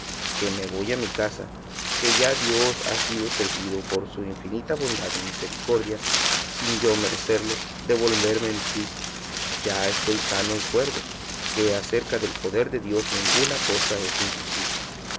que me voy a mi casa que ya dios ha sido servido por su infinita bondad y misericordia sin yo merecerlo de volverme mi juicio ya estoy sano y cuerdo que acerca del poder de dios ninguna cosa es imposible